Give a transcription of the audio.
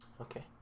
Okay